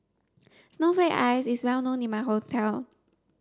snowflake ice is well known in my hometown